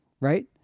right